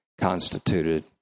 constituted